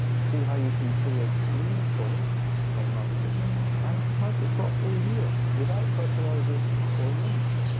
see how you can create clean soil by mulching and how to crop all year without fertilizers or amendments.